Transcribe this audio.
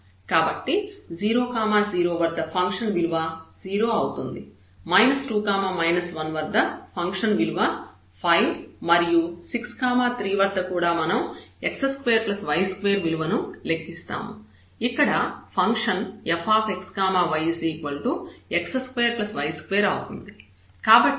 కాబట్టి 0 0 వద్ద ఫంక్షన్ విలువ 0 అవుతుంది 2 1 వద్ద ఫంక్షన్ విలువ 5 మరియు 6 3 వద్ద కూడా మనం x2y2 విలువను లెక్కిస్తాము ఇక్కడ ఫంక్షన్ fxyx2y2 అవుతుంది